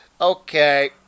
okay